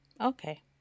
Okay